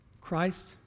Christ